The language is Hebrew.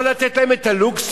לא לתת להם את הלוקסוס?